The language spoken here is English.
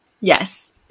Yes